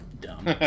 Dumb